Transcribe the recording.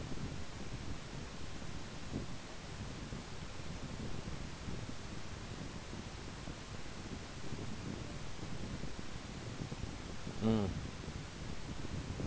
mm